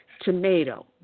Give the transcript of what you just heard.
tomato